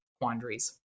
quandaries